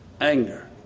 anger